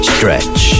Stretch